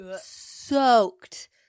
soaked